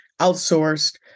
outsourced